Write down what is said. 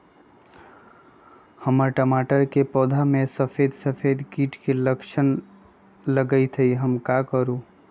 हमर टमाटर के पौधा में सफेद सफेद कीट के लक्षण लगई थई हम का करू?